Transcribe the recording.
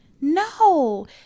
no